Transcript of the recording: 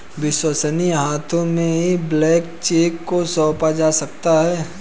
विश्वसनीय हाथों में ही ब्लैंक चेक को सौंपा जा सकता है